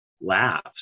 laughs